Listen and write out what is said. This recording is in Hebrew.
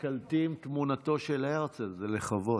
תיקלטי עם תמונתו של הרצל, זה לכבוד.